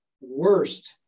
worst